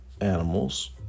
animals